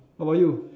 what about you